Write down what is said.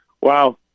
Wow